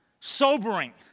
sobering